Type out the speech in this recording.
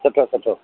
सुठो सुठो